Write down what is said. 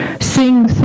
Sing